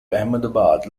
ahmedabad